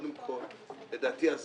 לדעתי,